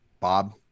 Bob